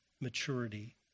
maturity